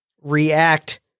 react